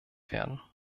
werden